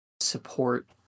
support